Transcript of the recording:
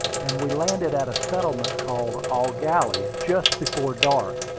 and we landed at a settlement called eau gallie just before dark,